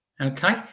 Okay